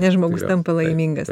nes žmogus tampa laimingas